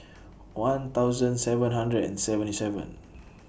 one thousand seven hundred and seventy seven